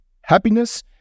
happiness